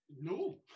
No